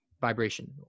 vibration